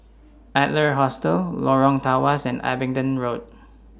Adler Hostel Lorong Tawas and Abingdon Road